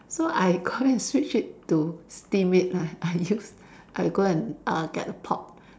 so I go and switch it to steam it lah I use I go and err get a pot